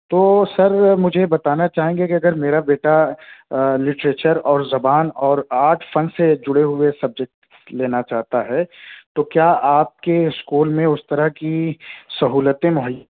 تو سر مجھے بتانا چاہیں گے کہ اگر میرا بیٹا لٹریچر اور زبان اور آرٹ فن سے جڑے ہوئے سبجیکٹ لینا چاہتا ہے تو کیا آپ کے اسکول میں اس طرح کی سہولتیں مہی